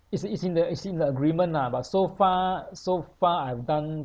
is is in the is in the agreement lah but so far so far I've done